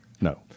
no